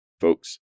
folks